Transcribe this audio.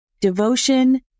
devotion